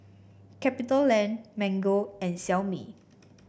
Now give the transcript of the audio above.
Capitaland Mango and Xiaomi